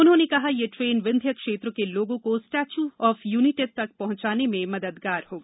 उन्होंने कहा यह ट्रेन विंध्य क्षेत्र के लोगों को स्टेच्यू आफ पहुंचाने में मददगार होगी